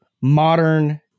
modern